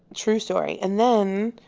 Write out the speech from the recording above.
true story. and then,